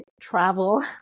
travel